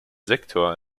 sektor